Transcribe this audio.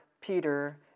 Peter